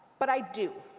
but i do